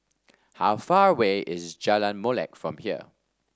how far away is Jalan Molek from here